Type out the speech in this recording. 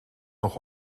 nog